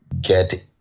get